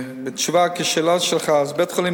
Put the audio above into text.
בתשובה לשאלה שלך: 1. בשנת 2010 בית-החולים